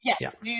Yes